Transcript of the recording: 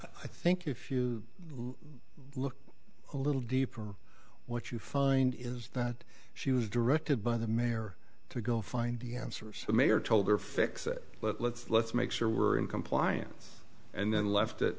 i think if you look a little deeper what you find is that she was directed by the mayor to go find the answers the mayor told her fix it let's let's make sure we're in compliance and then left it